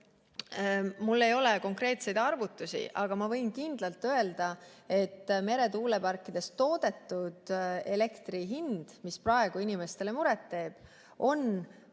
Mul ei ole konkreetseid arvutusi, aga ma võin kindlalt öelda, et meretuuleparkides toodetud elektri hind, mis praegu inimestele muret teeb, on odavam